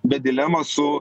bet dilemą su